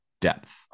depth